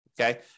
Okay